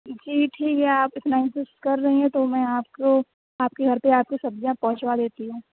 جی ٹھیک ہے آپ اتنا کچھ کر رہی ہیں تو میں آپ کو آپ کے گھر پہ آکے سبزیاں پہنچوا دیتی ہوں